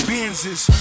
Benzes